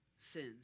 sins